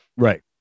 right